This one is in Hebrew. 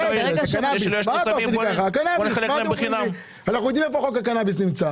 אנחנו יודעים איפה נמצא חוק הקנאביס.